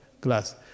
glass